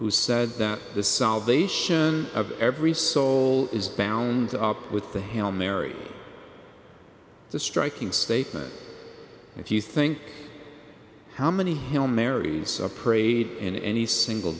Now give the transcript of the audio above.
who said that the salvation of every soul is bound up with the hail mary the striking statement if you think how many hill marys a prayed in any single